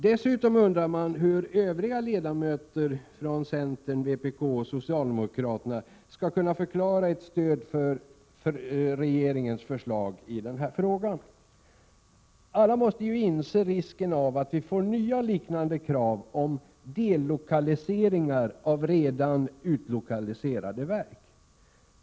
Dessutom undrar jag hur övriga ledamöter från centern, vpk och socialdemokraterna skall kunna förklara ett stöd för regeringens förslag i den här frågan. Alla måste ju inse risken av att vi får nya liknande krav om dellokaliseringar av redan utlokaliserade verk.